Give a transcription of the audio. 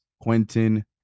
Quentin